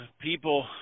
people